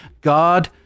God